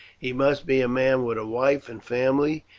he must be a man with a wife and family,